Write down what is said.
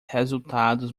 resultados